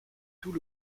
tout